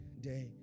day